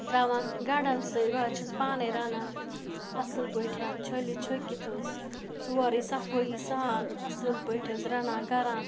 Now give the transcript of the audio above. تراوان گَنٛڈَن سۭتۍ بہٕ حظ چھَس پانَے رَنان اَصٕل پٲٹھۍ چھٔلِتھ چھُکِتھ حظ سورُے صفٲیی سان اَصٕل پٲٹھۍ حظ رَنان کَران